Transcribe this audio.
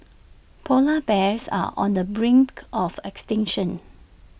Polar Bears are on the brink of extinction